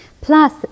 plus